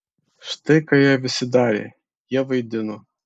štai ką jie visi darė jie vaidino